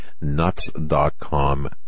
nuts.com